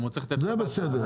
ושתיים,